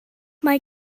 mae